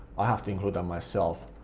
i'll have to include that myself.